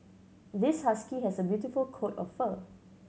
this husky has a beautiful coat of fur